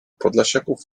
podlasiaków